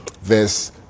verse